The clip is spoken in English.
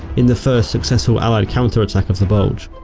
in the first successful allied counter-attack of the bulge.